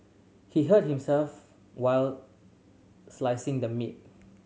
he hurt himself while slicing the meat